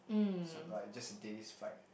s~ like just a day's fight